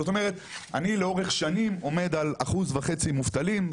זאת אומרת, אני לאורך שנים, עומד על 1.5% מובטלים,